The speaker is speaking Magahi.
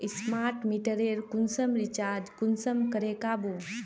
स्मार्ट मीटरेर कुंसम रिचार्ज कुंसम करे का बो?